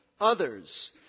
others